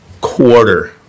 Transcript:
quarter